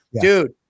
dude